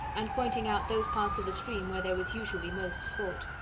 and pointing out those parts of the stream where there was usually most sport.